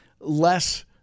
less